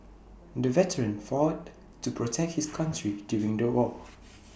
the veteran fought to protect his country during the war